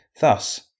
Thus